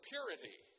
Purity